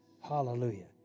Hallelujah